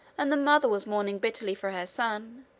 and the mother was mourning bitterly for her son,